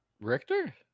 Richter